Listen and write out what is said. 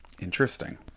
Interesting